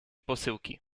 posyłki